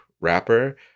wrapper